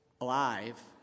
Alive